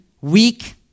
weak